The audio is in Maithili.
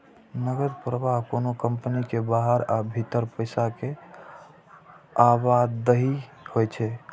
नकद प्रवाह कोनो कंपनी के बाहर आ भीतर पैसा के आवाजही होइ छै